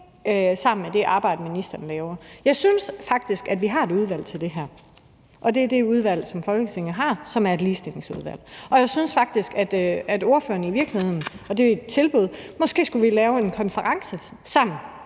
sammen med det arbejde, ministeren laver. Jeg synes faktisk, at vi har et udvalg til det her, og det er det udvalg, som Folketinget har, nemlig Ligestillingsudvalget. Og jeg synes faktisk, at ordføreren i virkeligheden skulle være med